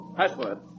Password